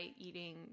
eating